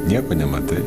nieko nematai